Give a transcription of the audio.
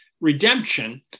redemption